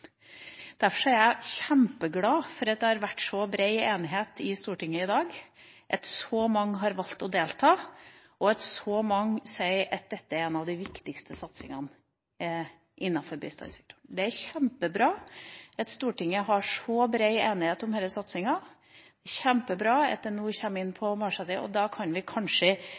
er jeg kjempeglad for at det har vært så bred enighet i Stortinget i dag, at så mange har valgt å delta, og at så mange sier at dette er en av de viktigste satsingene innen bistandssektoren. Det er kjempebra at vi i Stortinget har så bred enighet om denne satsinga, det er kjempebra at det nå kommer inn på målsettinga, og da kan